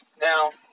Now